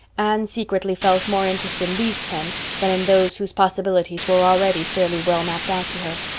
anne secretly felt more interest in these ten than in those whose possibilities were already fairly well mapped out to her.